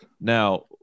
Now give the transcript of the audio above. Now